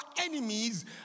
enemies